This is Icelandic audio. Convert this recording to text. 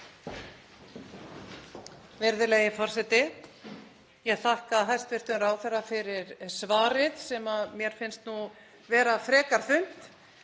Virðulegi forseti. Ég þakka hæstv. ráðherra fyrir svarið sem mér finnst nú vera frekar þunnt,